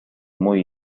muy